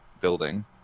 building